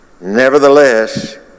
Nevertheless